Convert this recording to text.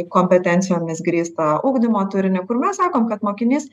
kompetencijomis grįstą ugdymo turinį kur mes sakom kad mokinys